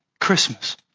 Christmas